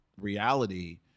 reality